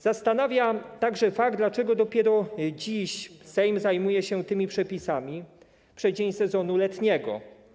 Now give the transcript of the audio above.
Zastanawia także fakt, dlaczego dopiero dziś Sejm zajmuje się tymi przepisami, w przeddzień sezonu letniego.